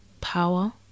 power